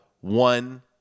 one